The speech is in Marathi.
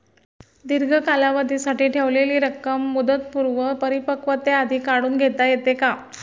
दीर्घ कालावधीसाठी ठेवलेली रक्कम मुदतपूर्व परिपक्वतेआधी काढून घेता येते का?